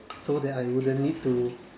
so that I wouldn't need to